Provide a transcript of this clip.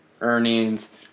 earnings